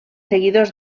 seguidors